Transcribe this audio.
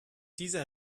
dieser